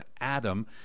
adam